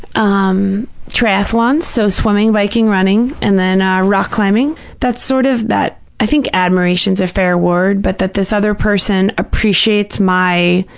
um triathlons, so swimming, biking, running, and then ah rock climbing that's sort of that, i think admiration is a fair word, but that this other person appreciates my,